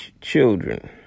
children